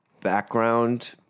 background